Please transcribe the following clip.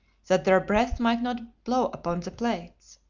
that their breath might not blow upon the plates.